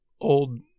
old